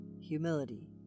humility